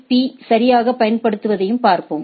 பீ யை சரியாகப் பயன்படுத்துவதையும் பார்ப்போம்